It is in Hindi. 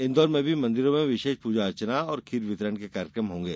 इन्दौर में भी मंदिरों में विशेष पूजा अर्चना और खीर वितरण कार्यक्रम होंगे